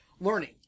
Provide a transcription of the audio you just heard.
learning